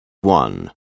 One